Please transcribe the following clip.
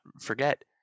forget